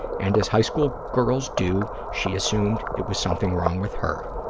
and as high school girls do, she assumed it was something wrong with her.